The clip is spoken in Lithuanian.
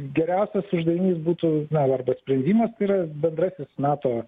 geriausias uždavinys būtų na arba sprendimas yra bendrasis nato